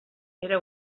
era